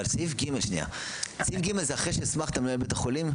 אבל סעיף (ג) זה אחרי שהסמכת את מנהל בית החולים?